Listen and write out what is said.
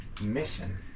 Missing